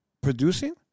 producing